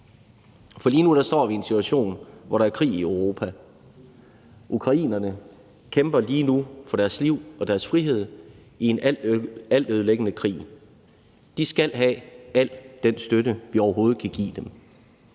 for lige nu står vi i en situation, hvor der er krig i Europa. Ukrainerne kæmper lige nu for deres liv og deres frihed i en altødelæggende krig. De skal have al den støtte, vi overhovedet kan give dem.